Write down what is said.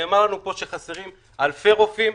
נאמר לנו פה שחסרים אלפי רופאים.